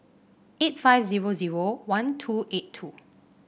eight five zero zero one two eight two